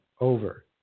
over